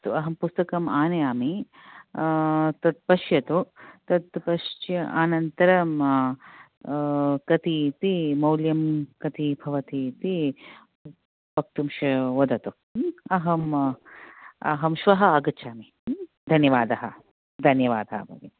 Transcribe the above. अस्तु अहं पुस्तकम् आनयामि तत् पश्यतु तत् पश्य अनन्तरं कतीति मौल्यं कति भवतीति वक्तुं वदतु शक् अहम् अहं श्वः आगच्छामि धन्यवादः धन्यवादः